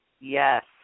Yes